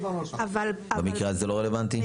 במקרה הזה לא רלוונטי?